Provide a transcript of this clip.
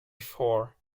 before